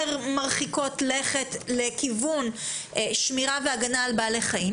מרחיקות לכת לכיוון שמירה והגנה על בעלי חיים,